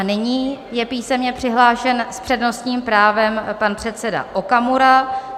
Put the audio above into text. Nyní je písemně přihlášen s přednostním právem pan předseda Okamura.